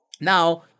Now